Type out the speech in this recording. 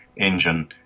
engine